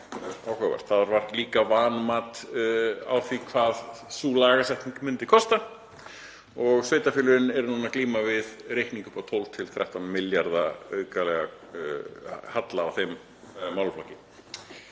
Það var líka vanmat á því hvað sú lagasetning myndi kosta og sveitarfélögin eru núna að glíma við reikning upp á 12–13 milljarða aukalega, halla í þeim málaflokki.